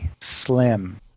slim